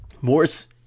Morris